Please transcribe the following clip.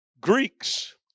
Greeks